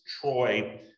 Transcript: Troy